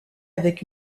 avec